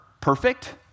perfect